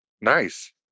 Nice